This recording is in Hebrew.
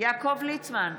יעקב ליצמן,